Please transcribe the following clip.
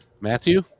Matthew